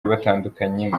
batandukanye